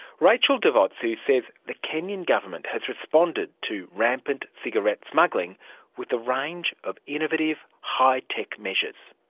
rachel devotsu says the kenyan government has responded to rampant cigarette smuggling with a range of innovative high-tech measures.